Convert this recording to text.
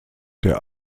der